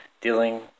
dealing